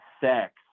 sex